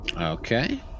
Okay